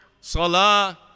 Salah